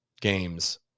games